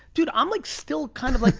dude, i'm like still kind of like